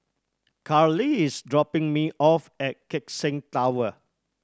Cali is dropping me off at Keck Seng Tower